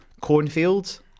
Cornfields